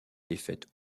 défaite